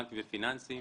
בנק ופיננסים,